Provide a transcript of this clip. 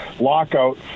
lockout